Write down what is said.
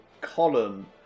column